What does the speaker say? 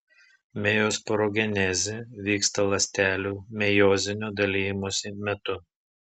mejosporogenezė vyksta ląstelių mejozinio dalijimosi metu